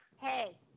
Hey